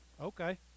okay